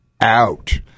out